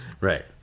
right